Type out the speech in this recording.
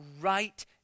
right